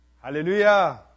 Hallelujah